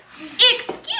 Excuse